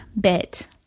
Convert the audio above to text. bit